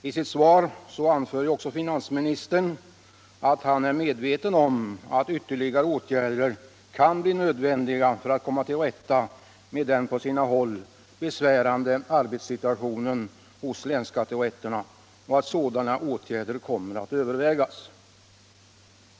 I sitt svar anför finansministern också att han är medveten om att ytterligare åtgärder kan bli nödvändiga för att komma till rätta med den på sina håll besvärande arbetssituationen hos länsskatterätterna och att sådana åtgärder kommer att övervägas.